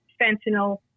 fentanyl